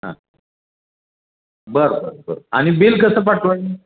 हां बरं बरं बरं आणि बिल कसं पाठवाय